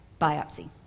biopsy